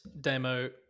Demo